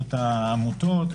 ומרשם העמותות.